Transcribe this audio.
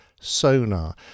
sonar